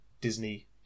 Disney